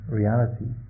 reality